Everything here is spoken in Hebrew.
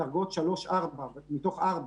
בדרגות 3 מתוך 4